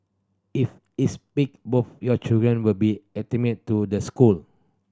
if it's picked both your children will be admitted to the school